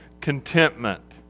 contentment